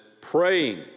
praying